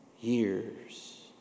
years